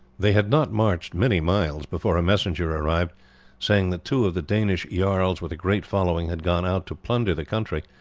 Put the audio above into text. they had not marched many miles before a messenger arrived saying that two of the danish jarls with a great following had gone out to plunder the country,